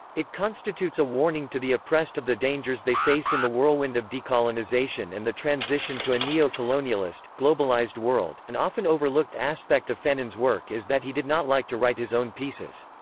it constitutes a warning to the oppressed of the dangers they face in the whirlwind of decolonization and the transition to a neo-colonialist, globalized world an often overlooked aspect of fanon's work is that he did not like to write his own pieces.